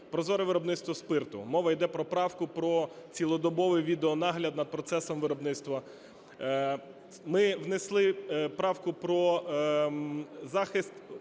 прозоре виробництво спирту. Мова іде про правку про цілодобовий відеонагляд над процесом виробництва. Ми внесли правку про захист